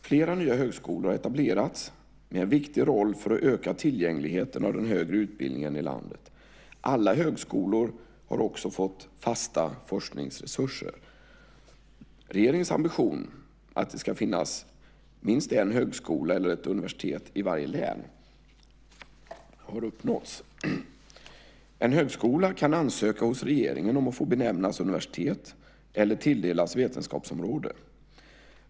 Flera nya högskolor har etablerats med en viktig roll för att öka tillgängligheten till den högre utbildningen i landet. Alla högskolor har också fått fasta forskningsresurser. Regeringens ambition att det ska finnas minst en högskola eller ett universitet i varje län har uppnåtts. En högskola kan ansöka hos regeringen om att få benämnas universitet eller tilldelas vetenskapsområde.